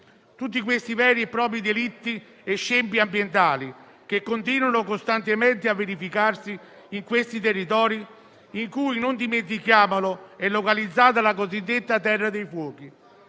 Tutti i veri e propri delitti e scempi ambientali che continuano costantemente a verificarsi in questi territori, in cui - non dimentichiamolo - è localizzata la cosiddetta terra dei fuochi,